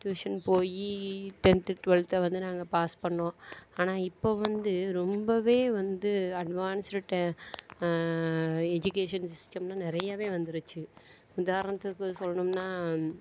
tuition போய் tenth டுவெல்த்தை வந்து நாங்கள் பாஸ் பண்ணிணோம் ஆனால் இப்போது வந்து ரொம்பவே வந்து அட்வான்ஸ்ட் எஜிகேஷன் சிஸ்டம்ன்னு நிறையாவே வந்துடுச்சு உதாரணத்துக்கு சொல்லணும்னால்